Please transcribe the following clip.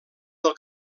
del